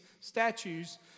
statues